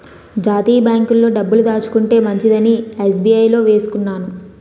జాతీయ బాంకుల్లో డబ్బులు దాచుకుంటే మంచిదని ఎస్.బి.ఐ లో వేసుకున్నాను